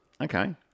Okay